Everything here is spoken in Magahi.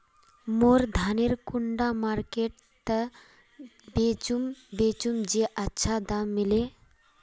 मोर धानेर कुंडा मार्केट त बेचुम बेचुम जे अच्छा दाम मिले?